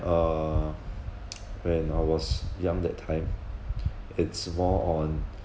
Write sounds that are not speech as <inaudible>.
uh <noise> when I was young that time it's more on